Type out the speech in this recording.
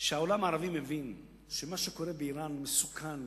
שהעולם הערבי מבין שמה שקורה באירן מסוכן